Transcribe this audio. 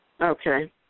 Okay